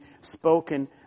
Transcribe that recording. spoken